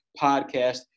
podcast